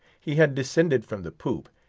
he had descended from the poop,